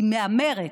היא מהמרת.